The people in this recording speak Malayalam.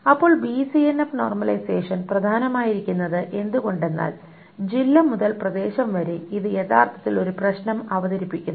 അപ്പോൾ ബിസിഎൻഎഫ് നോർമലൈസേഷൻ പ്രധാനമായിരിക്കുന്നത് എന്തുകൊണ്ടാണെന്നാൽ ജില്ല മുതൽ പ്രദേശം വരെ ഇത് യഥാർത്ഥത്തിൽ ഒരു പ്രശ്നം അവതരിപ്പിക്കുന്നു